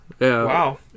Wow